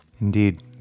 indeed